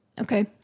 okay